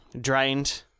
drained